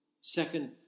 Second